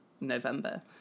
November